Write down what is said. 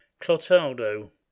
Clotaldo